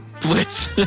Blitz